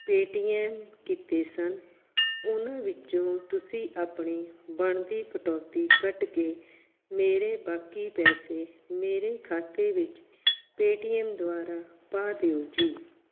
ਪੇ T M ਕੀਤੇ ਸਨ ਉਹਨਾਂ ਵਿੱਚੋਂ ਤੁਸੀਂ ਆਪਣੀ ਬਣਦੀ ਕਟੌਤੀ ਕੱਟ ਕੇ ਮੇਰੇ ਬਾਕੀ ਪੈਸੇ ਮੇਰੇ ਖਾਤੇ ਵਿੱਚ ਪੇ ਟੀ ਐੱਮ ਦੁਆਰਾ ਪਾ ਦਿਓ ਜੀ